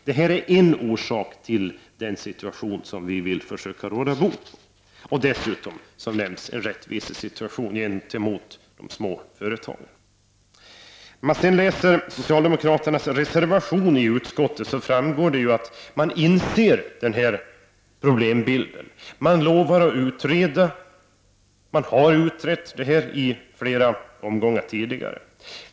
Detta är en orsak till den situation som vi nu vill försöka råda bot på. Dessutom vill vi, som jag har nämnt, försöka uppnå rättvisa för de små företagen. Av socialdemokraternas reservation till betänkandet framgår att socialdemokraterna inser hur problembilden ser ut. De lovar att utreda frågan, och frågan har också utretts i flera omgångar tidigare.